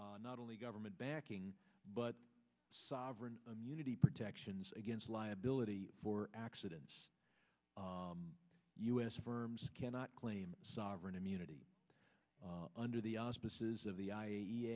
enjoy not only government backing but sovereign immunity protections against liability for accidents u s firms cannot claim sovereign immunity under the auspices of the i